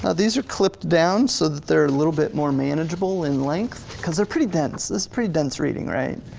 these are clipped down so that they're a little bit more manageable in length cause they're pretty dense. it's pretty dense reading, right?